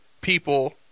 people